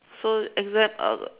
so exam uh